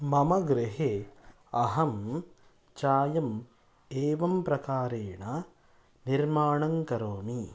मम गृहे अहं चायम् एवं प्रकारेण निर्माणं करोमि